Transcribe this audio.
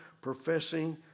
professing